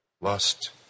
lust